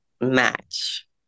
match